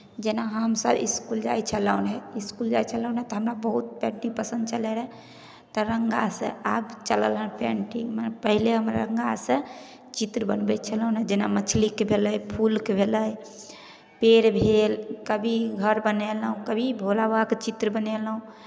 जेना हमसभ इसकुल जाइ छलहुँ रहय इसकुल जाइ छलहुँ रहय तऽ हमरा बहुत पेन्टिंग पसन्द छलय रहय तऽ रङ्गासँ आब चलल रहय पेन्टिंग पहिले हम रङ्गासँ चित्र बनबै छलहुँ रहय जेना मछलीके भेलै फूलके भेलै पेड़ भेल कभी घर बनेलहुँ कभी भोला बाबाके चित्र बनेलहुँ